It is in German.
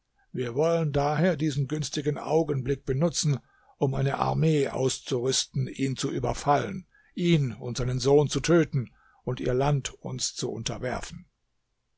wir wollen daher diesen günstigen augenblick benutzen um eine armee auszurüsten ihn zu überfallen ihn und seinen sohn zu töten und ihr land uns zu unterwerfen